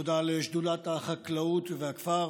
תודה לשדולת החקלאות והכפר,